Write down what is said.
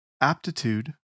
aptitude